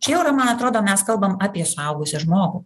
čia jau yra man atrodo mes kalbam apie suaugusį žmogų